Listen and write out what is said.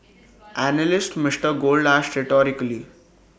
analyst Mister gold asked rhetorically